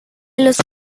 los